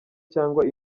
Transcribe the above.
cyangwa